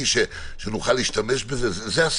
אז זה בסדר.